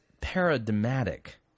paradigmatic